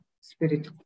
Spirit